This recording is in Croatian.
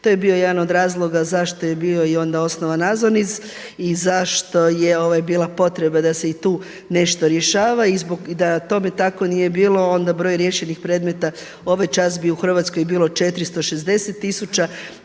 To je bio jedan od razloga zašto je bio onda i osnovan AZONIZ i zašto je bila potreba da se i tu nešto rješava. I da tome tako nije bilo, onda broj riješenih predmeta ovaj čas bi u Hrvatskoj bilo 460 tisuća,